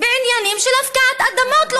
בעניינים של הפקעת אדמות.